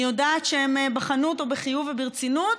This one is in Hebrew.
אני יודעת שהם בחנו אותו בחיוב וברצינות,